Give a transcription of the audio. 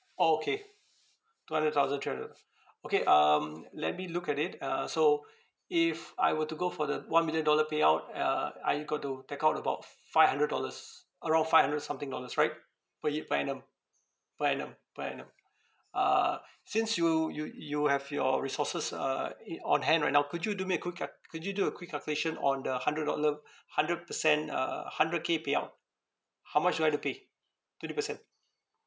orh okay two hundred thousand three hundred okay um let me look at it uh so if I were to go for the one million dollar payout uh I got to take out about f~ five hundred dollars around five hundred something dollars right per ye~ per annum per annum per annum uh since you you you have your resources uh it on hand right now could you do me a quick ca~ could you do a quick calculation on the hundred dollar hundred percent uh hundred K payout how much do I've to pay twenty percent